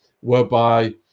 whereby